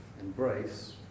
embrace